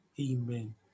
amen